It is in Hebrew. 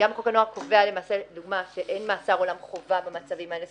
חוק הנוער קובע למשל שאין מאסר עולם חובה במצבים האלה.